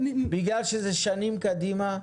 בגלל שזה שנים קדימה,